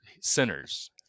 sinners